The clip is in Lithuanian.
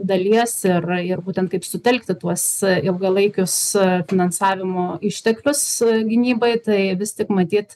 dalies ir ir būtent kaip sutelkti tuos ilgalaikius e finansavimo išteklius gynybai tai vis tik matyt